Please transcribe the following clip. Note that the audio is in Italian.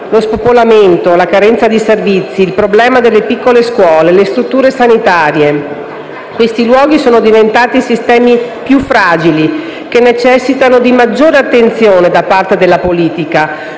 lo spopolamento, la carenza di servizi, il problema delle piccole scuole e delle strutture sanitarie. Questi luoghi sono diventati sistemi più fragili, che necessitano di maggiore attenzione da parte della politica,